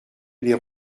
les